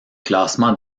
classement